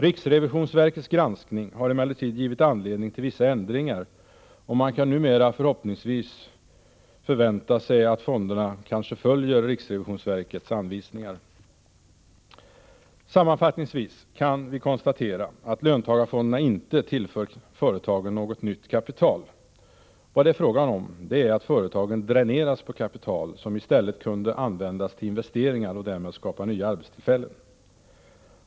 Riksrevisionsverkets granskning har emellertid givit anledning till vissa ändringar, och man kan numera förhoppningsvis förvänta sig att fonderna följer riksrevisionsverkets anvisningar. Sammanfattningsvis kan vi konstatera att löntagarfonderna inte tillför företagen något nytt kapital. Vad det är fråga om är att företagen dräneras på kapital, som i stället kunde användas till investeringar och därmed skapa nya arbetstillfällen.